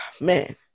man